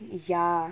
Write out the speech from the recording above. ya